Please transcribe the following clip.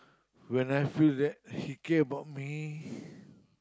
when I feel that he care about me